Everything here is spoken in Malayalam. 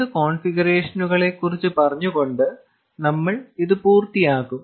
രണ്ട് കോൺഫിഗറേഷനുകളെ കുറിച്ച് പറഞ്ഞുകൊണ്ട് നമ്മൾ ഇത് പൂർത്തിയാക്കും